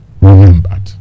remembered